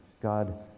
God